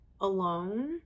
alone